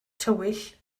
tywyll